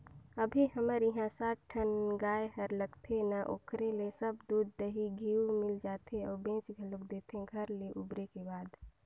अभी हमर इहां सात ठन गाय हर लगथे ना ओखरे ले सब दूद, दही, घींव मिल जाथे अउ बेंच घलोक देथे घर ले उबरे के बाद